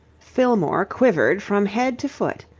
fillmore quivered from head to foot.